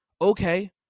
Okay